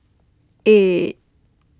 eight